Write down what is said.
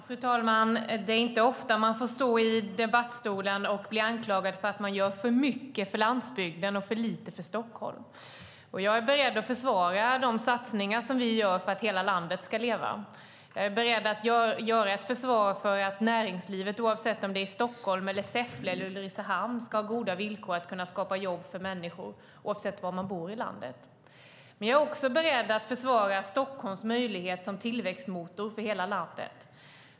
Fru talman! Det är inte ofta man får stå i debattstolen och bli anklagad för att man gör för mycket för landsbygden och för lite för Stockholm. Jag är beredd att försvara de satsningar som vi gör för att hela landet ska leva. Jag är beredd att göra ett försvar för att näringslivet, oavsett om det är i Stockholm, Säffle eller Ulricehamn, ska ha goda villkor för att skapa jobb för människor oavsett var man bor i landet. Men jag är också beredd att försvara Stockholms möjlighet som tillväxtmotor för hela landet.